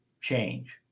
change